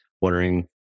wondering